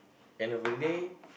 end of the day